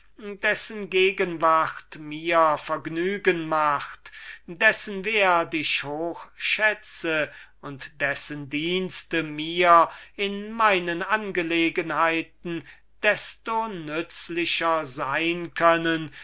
dessen gegenwart mir vergnügen macht dessen wert ich hoch schätze und dessen dienste mir in meinen angelegenheiten desto nützlicher sein können